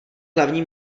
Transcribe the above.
hlavní